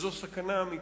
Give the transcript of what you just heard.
וזאת סכנה אמיתית,